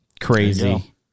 Crazy